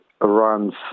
runs